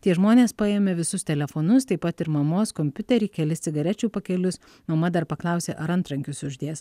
tie žmonės paėmė visus telefonus taip pat ir mamos kompiuterį kelis cigarečių pakelius mama dar paklausė ar antrankius uždės